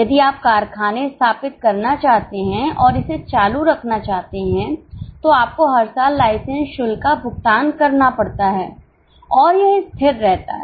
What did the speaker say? यदि आप कारखाने स्थापित करना चाहते हैं और इसे चालू रखना चाहते हैं तो आपको हर साल लाइसेंस शुल्क का भुगतान करना पड़ता है और यह स्थिर रहता है